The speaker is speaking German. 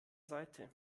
seite